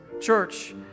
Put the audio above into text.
Church